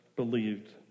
believed